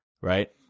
right